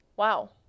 Wow